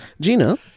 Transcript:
Gina